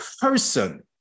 person